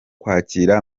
kwakira